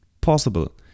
possible